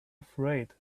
afraid